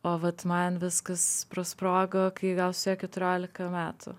o vat man viskas prasprogo kai gal suėjo keturiolika metų